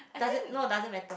doesn't no doesn't matter